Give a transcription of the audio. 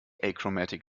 achromatic